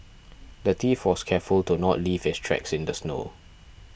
the thief was careful to not leave his tracks in the snow